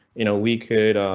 you know, we could.